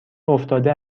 افتاده